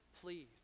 please